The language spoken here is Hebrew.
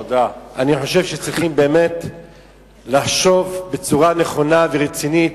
אני חושב שצריכים באמת לחשוב בצורה נכונה ורצינית,